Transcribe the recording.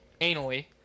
anally